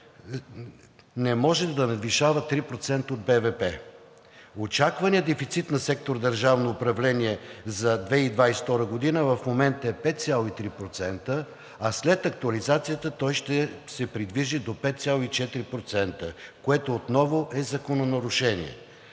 не може да надвишава 3% от БВП. Очакваният дефицит на сектор „Държавно управление“ за 2022 г. в момента е 5,3%, а след актуализацията той ще се придвижи до 5,4%, което отново е закононарушение.